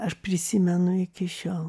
aš prisimenu iki šiol